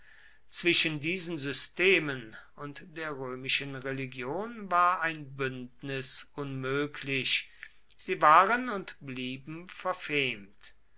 zwischen diesen systemen und der römischen religion war ein bündnis unmöglich sie waren und blieben verfemt